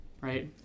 right